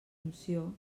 funció